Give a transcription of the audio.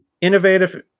innovative